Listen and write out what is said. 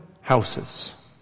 houses